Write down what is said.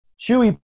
Chewy